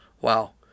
Wow